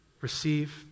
receive